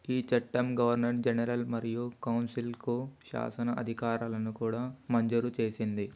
ఈ చట్టం governor general మరియు కౌన్సిల్కు శాసన అధికారాలను కూడా మంజూరు చేసింది